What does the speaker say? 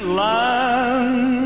land